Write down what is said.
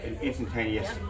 instantaneous